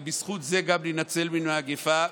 ובזכות זה גם נינצל מן המגפה.